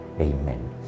Amen